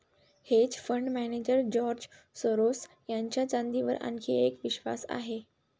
hedge fund manager George Soros यांचा चांदीवर आणखी एक विश्वास आहे